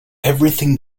everything